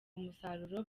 umusaruro